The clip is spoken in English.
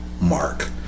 Mark